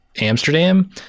Amsterdam